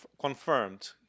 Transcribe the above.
confirmed